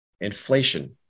Inflation